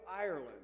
Ireland